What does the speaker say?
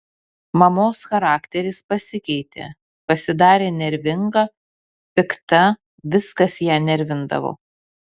mamos charakteris pasikeitė pasidarė nervinga pikta viskas ją nervindavo